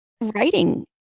writing